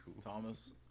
Thomas